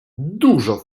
dużo